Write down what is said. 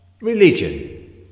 Religion